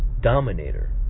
dominator